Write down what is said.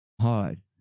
hard